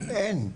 אין,